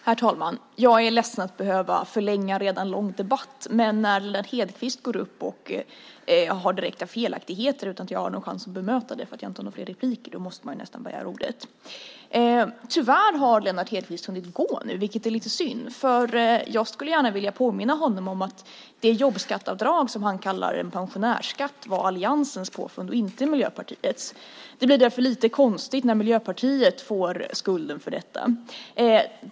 Herr talman! Jag är ledsen att behöva förlänga en redan lång debatt, men när Lennart Hedquist går upp i talarstolen och kommer med direkta felaktigheter utan att jag har någon chans att bemöta det för att jag inte har några fler repliker måste jag begära ordet. Tyvärr har Lennart Hedquist hunnit gå nu, vilket är lite synd. För jag skulle gärna vilja påminna honom om att det jobbskatteavdrag som han kallar en pensionärsskatt var alliansens påfund och inte Miljöpartiets. Det blir lite konstigt när Miljöpartiet får skulden för detta.